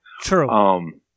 True